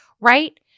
Right